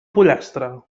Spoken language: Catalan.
pollastre